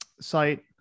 site